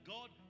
God